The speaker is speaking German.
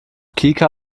kika